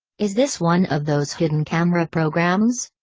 is this one of those hidden camera programs?